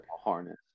harness